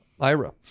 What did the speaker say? ira